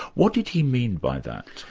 what did he mean by that?